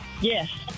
Yes